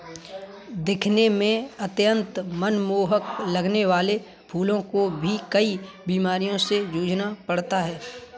दिखने में अत्यंत मनमोहक लगने वाले फूलों को भी कई बीमारियों से जूझना पड़ता है